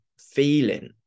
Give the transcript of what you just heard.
feeling